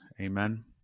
Amen